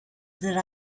that